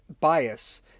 bias